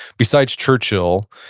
besides churchill,